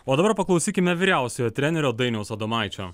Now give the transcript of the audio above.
o dabar paklausykime vyriausiojo trenerio dainiaus adomaičio